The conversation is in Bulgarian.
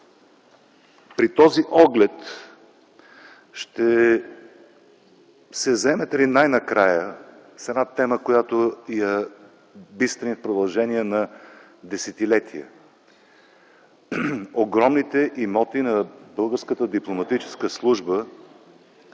при този оглед ще се заемете ли най-накрая с една тема, която бистрим в продължение на десетилетия: огромните имоти на